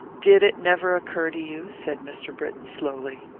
did it never occur to you, said mr. britton, slowly,